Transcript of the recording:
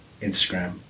Instagram